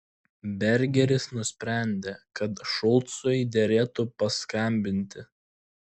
bergeris nusprendė kad šulcui derėtų paskambinti